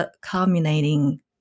culminating